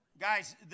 Guys